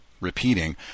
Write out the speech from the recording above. Repeating